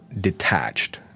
detached